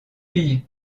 fille